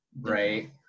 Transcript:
right